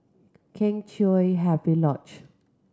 Kheng Chiu Happy Lodge